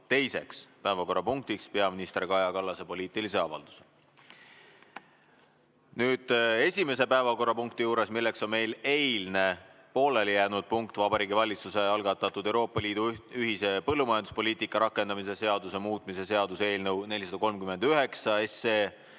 teiseks päevakorrapunktiks peaminister Kaja Kallase poliitilise avalduse. Nüüd, esimese päevakorrapunkti puhul, milleks on meil eile pooleli jäänud Vabariigi Valitsuse algatatud Euroopa Liidu ühise põllumajanduspoliitika rakendamise seaduse muutmise seaduse eelnõu 439 teine